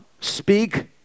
speak